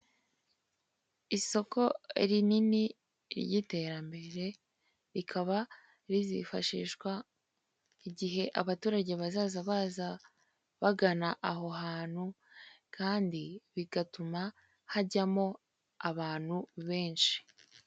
Isoko rinini ry'iterambere rikaba rizifashishwa igihe abaturage bazaza baza bagana aho hantu kandi rigatuma hajyamo abantu benshi.